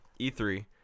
E3